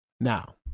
Now